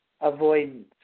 avoidance